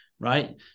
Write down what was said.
Right